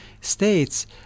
states